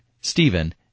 Stephen